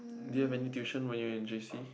did you have any tuition when you're in J_C